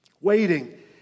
waiting